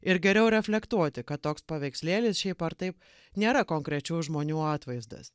ir geriau reflektuoti kad toks paveikslėlis šiaip ar taip nėra konkrečių žmonių atvaizdas